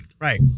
Right